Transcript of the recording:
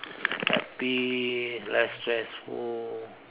happy less stressful